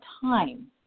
time